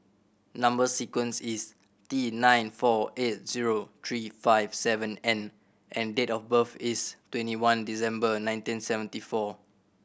number sequence is T nine four eight zero three five seven N and date of birth is twenty one December nineteen seventy four